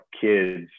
kids